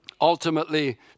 ultimately